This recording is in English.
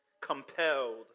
compelled